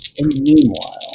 meanwhile